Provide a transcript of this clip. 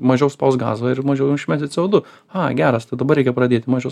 mažiau spausk gazą ir mažiau išmesi c o du a geras tai dabar reikia pradėt mažiau